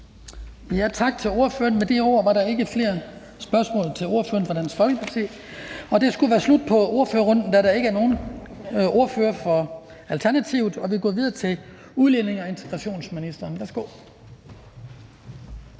Tak til ordføreren. Med de ord er der ikke flere spørgsmål til ordføreren for Dansk Folkeparti. Det skulle dermed være slut på ordførerrunden, da der ikke er nogen ordfører for Alternativet. Vi går videre til udlændinge- og integrationsministeren.